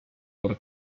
por